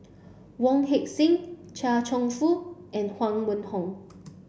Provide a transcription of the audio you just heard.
Wong Heck Sing Chia Cheong Fook and Huang Wenhong